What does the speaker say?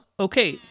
Okay